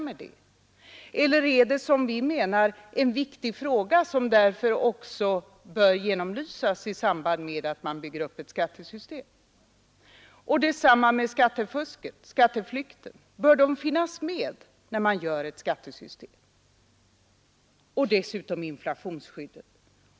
Eller är detta, som vi menar, en viktig fråga som också bör genomlysas i samband med att man bygger upp ett skattesystem? Varför finns det då inte med i direktiven? Detsamma gäller skattefusket och skatteflykten. Bör dessa frågor finnas med när man utformar ett skattesystem? Dessutom gäller det inflationsskyddet.